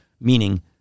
meaning